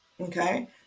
Okay